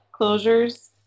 closures